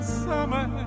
summer